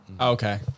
Okay